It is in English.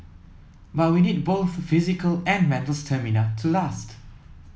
but we need both physical and mental stamina to last